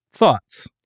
thoughts